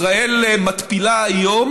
ישראל מתפילה היום